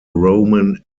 roman